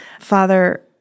Father